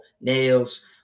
nails